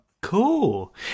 Cool